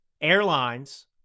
airlines